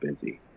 busy